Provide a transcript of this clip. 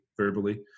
verbally